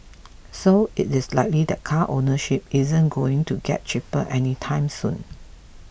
so it is likely that car ownership isn't going to get cheaper anytime soon